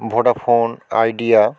Vodafone idea